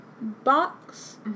box